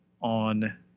on